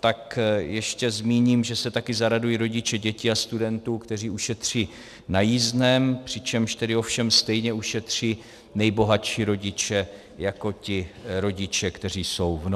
tak ještě zmíním, že se také zaradují rodiče dětí a studentů, kteří ušetří na jízdném, přičemž tedy ovšem stejně ušetří nejbohatší rodiče jako ti rodiče, kteří jsou v nouzi.